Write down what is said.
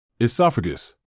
Esophagus